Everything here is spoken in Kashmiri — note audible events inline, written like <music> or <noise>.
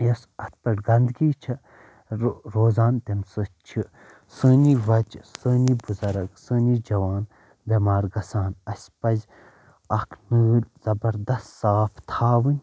یس اتھ پیٚٹھ گنٛدٕگی چھَ رو روزان تمہِ سۭتۍ چھِ سٲنی بچہٕ سٲنی بُزرگ سٲنی جوان بیٚمار گژھان اَسہِ پزِ اکھ <unintelligible> زبردس صاف تھاوٕنۍ تہٕ